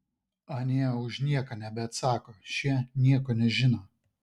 anie už nieką nebeatsako šie nieko nežino